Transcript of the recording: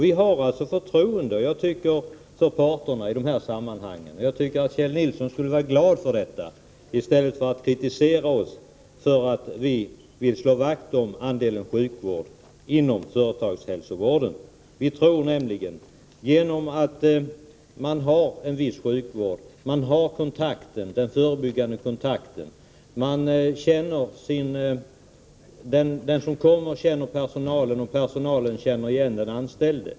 Vi har förtroende för parterna i det här sammanhanget. Jag tycker att Kjell Nilsson skulle vara glad för detta i stället för att kritisera oss för att vi vill slå vakt om andelen sjukvård inom företagshälsovården. Vi tror nämligen att man genom att ha en viss sjukvård har en förebyggande kontakt — den som kommer känner igen personalen och personalen känner igen den anställde.